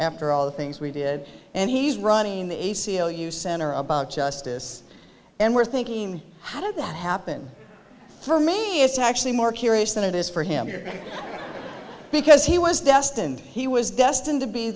after all the things we did and he's running the a c l u center about justice and we're thinking how did that happen for me it's actually more curious than it is for him here because he was destined he was destined to be